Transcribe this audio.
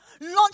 Launch